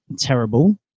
terrible